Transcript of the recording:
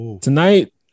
Tonight